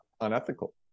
unethical